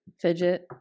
fidget